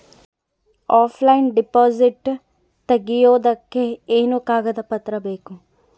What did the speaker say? Offline deposit ತೆಗಿಯೋದಕ್ಕೆ ಏನೇನು ಕಾಗದ ಪತ್ರ ಬೇಕು?